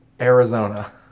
Arizona